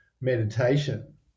meditation